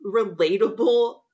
relatable